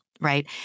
right